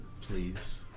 please